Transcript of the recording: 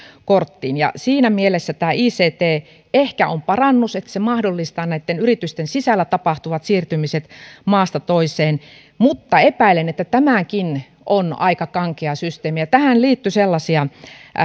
korttiin siinä mielessä tämä ict ehkä on parannus että se mahdollistaa näitten yritysten sisällä tapahtuvat siirtymiset maasta toiseen mutta epäilen että tämäkin on aika kankea systeemi tähän liittyi sellaisia